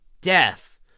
death